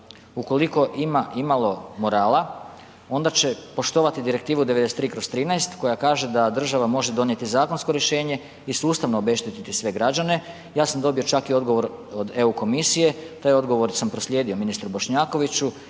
ukoliko imama imalo morala onda će poštovati Direktivu 93/13 koja kaže da država može donijeti zakonsko rješenje i sustavno obeštetiti sve građane. Ja sam dobio čak i odgovor od EU komisije, taj odgovor sam proslijedio ministru Bošnjakoviću